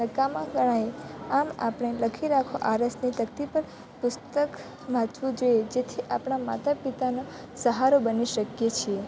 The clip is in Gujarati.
નકામા ગણાય આમ આપણે લખી રાખો આરસની તકતી પર પુસ્તક વાંચવું જોઈએ જેથી આપણાં માતપિતાનો સહારો બની શકીએ છીએ